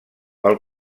pel